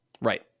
Right